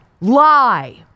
lie